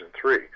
three